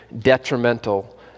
detrimental